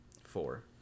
Four